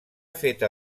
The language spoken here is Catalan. feta